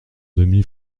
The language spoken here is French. demi